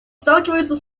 сталкивается